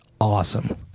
awesome